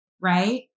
right